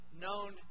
known